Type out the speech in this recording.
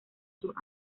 sus